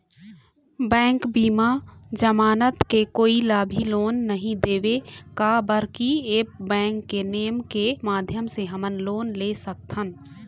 Bank बिना जमानत के कोई ला भी लोन नहीं देवे का बर की ऐप बैंक के नेम के माध्यम से हमन लोन ले सकथन?